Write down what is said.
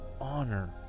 honor